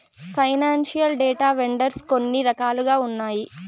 financial data vendors కొన్ని రకాలుగా ఉన్నాయి